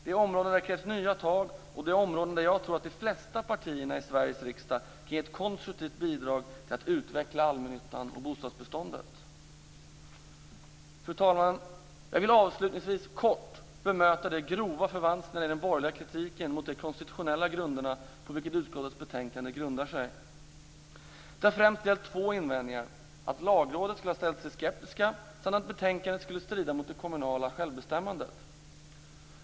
Det är områden där det krävs nya tag och det är områden där jag tror att de flesta partierna i Sveriges riksdag kan ge ett konstruktivt bidrag till att utveckla allmännyttan och bostadsbeståndet. Fru talman! Jag vill avslutningsvis kort bemöta de grova förvanskningar i den borgerliga kritiken mot de konstitutionella grunder på vilka utskottets betänkande baseras. Det har främst gällt två invändningar. Det gäller då att Lagrådet skulle ha ställt sig skeptiskt och att betänkandet skulle strida mot det kommunala självbestämmandet.